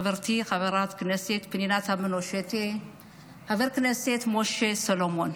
חברתי חברת הכנסת פנינה תמנו שטה וחבר הכנסת משה סולומון.